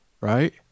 Right